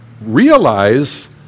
realize